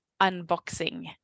unboxing